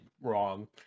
wrong